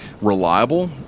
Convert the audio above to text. reliable